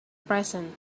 present